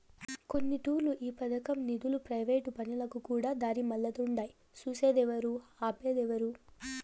కొన్నితూర్లు ఈ పదకం నిదులు ప్రైవేటు పనులకుకూడా దారిమల్లతుండాయి సూసేదేవరు, ఆపేదేవరు